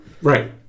Right